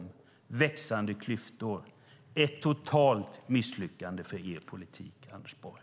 Det blev växande klyftor - ett totalt misslyckande för er politik, Anders Borg!